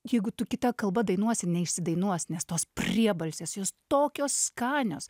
jeigu tu kita kalba dainuosi neišsidainuos nes tos priebalsės jos tokios skanios